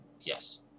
yes